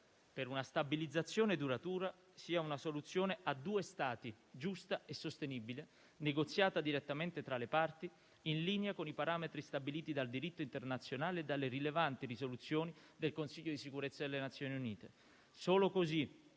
per una stabilizzazione duratura è una soluzione a due Stati, giusta e sostenibile, negoziata direttamente tra le parti, in linea con i parametri stabiliti dal diritto internazionale e dalle rilevanti risoluzioni del Consiglio di sicurezza delle Nazioni Unite. Solo così